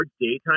daytime